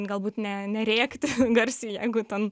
galbūt ne nerėkti garsiai jeigu ten